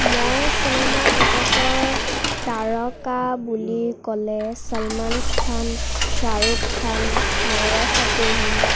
মই চিনেমা জগতৰ তাৰকা বুলি ক'লে ছলমান খান শ্বাহৰুখ খান নোৰা ফটেহী